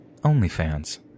OnlyFans